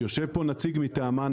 שיושב פה נציג מטעמה,